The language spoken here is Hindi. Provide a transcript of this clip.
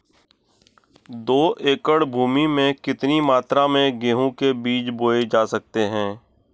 दो एकड़ भूमि में कितनी मात्रा में गेहूँ के बीज बोये जा सकते हैं?